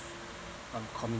on